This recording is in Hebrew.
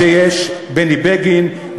ויש בני בגין,